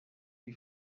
die